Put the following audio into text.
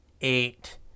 eight